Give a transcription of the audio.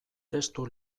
testu